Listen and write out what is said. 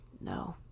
No